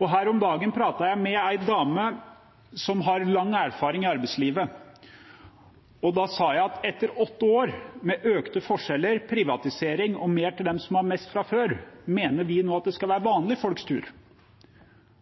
Her om dagen pratet jeg med ei dame som har lang erfaring i arbeidslivet. Da sa jeg at etter åtte år med økte forskjeller, privatisering og mer til dem som har mest fra før, mener vi at det nå skal være vanlige folks tur.